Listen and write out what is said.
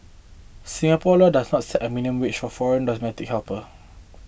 Singapore laws does not set a minimum wage for foreign domestic helper